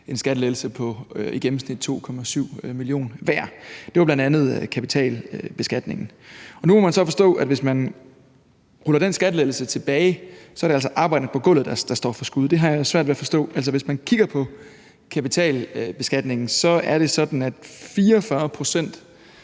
en skattelettelse på i gennemsnit 2,7 mio. kr. hver, og det var bl.a. på grund af det med kapitalbeskatningen. Nu må man så forstå, at hvis man ruller den skattelettelse tilbage, er det altså arbejderen på gulvet, der står for skud, og det har jeg svært ved at forstå. Altså, hvis man kigger på kapitalbeskatningen, er det sådan, at 44 pct.